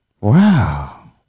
Wow